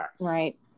right